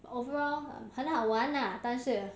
overall 很好玩啊但是